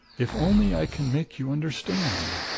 if only i can make you understand!